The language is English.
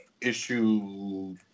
issue